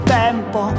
tempo